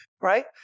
right